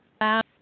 last